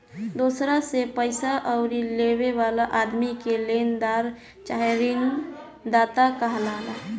दोसरा से पईसा उधारी लेवे वाला आदमी के लेनदार चाहे ऋणदाता कहाला